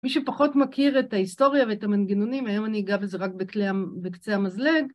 מי שפחות מכיר את ההיסטוריה ואת המנגנונים, היום אני אגע בזה רק בקצה המזלג.